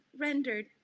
rendered